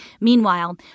Meanwhile